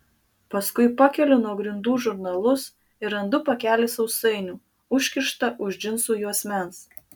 paskui pakeliu nuo grindų žurnalus ir randu pakelį sausainių užkištą už džinsų juosmens